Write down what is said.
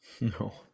No